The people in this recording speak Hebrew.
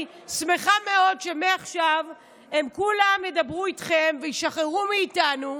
אני שמחה מאוד שמעכשיו הם כולם ידברו איתכם וישחררו מאיתנו,